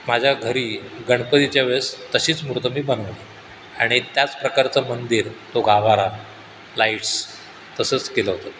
माझ्या घरी गणपतीच्या वेळेस तशीच मूर्ती मी बनवली आणि त्याच प्रकारचं मंदिर तो गाभारा लाईट्स तसंच केलं होतं